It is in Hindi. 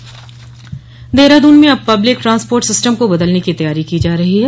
संचालन देहराद्न में अब पब्लिक ट्रांसपोर्ट सिस्टम को बदलने की तैयारी की जा रही है